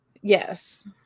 Yes